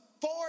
four